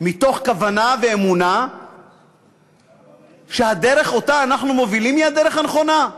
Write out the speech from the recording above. מתוך כוונה ואמונה שהדרך שאנחנו מובילים היא הדרך הנכונה,